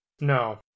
No